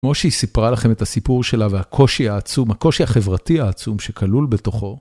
כמו שהיא סיפרה לכם את הסיפור שלה והקושי העצום, הקושי החברתי העצום שכלול בתוכו.